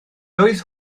doedd